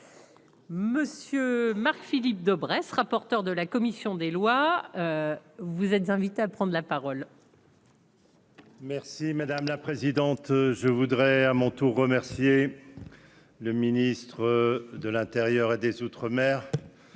Monsieur Marc-Philippe Daubresse, rapporteur de la commission des lois, vous êtes invités à prendre la parole. Merci madame la présidente, je voudrais à mon tour remercier le ministre de l'Intérieur et des Outre-mer